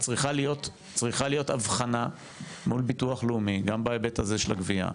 צריכה להיות הבחנה מול ביטוח לאומי גם בהיבט הזה של הגבייה,